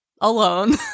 alone